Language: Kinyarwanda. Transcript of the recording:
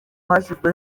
hashyizwe